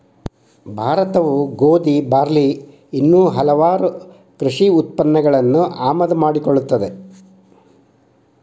ಭಾರತವು ಗೋಧಿ, ಬಾರ್ಲಿ ಇನ್ನೂ ಹಲವಾಗು ಕೃಷಿ ಉತ್ಪನ್ನಗಳನ್ನು ಆಮದು ಮಾಡಿಕೊಳ್ಳುತ್ತದೆ